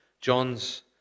John's